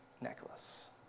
necklace